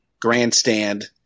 grandstand